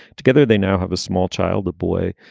together, they now have a small child, a boy.